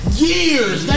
years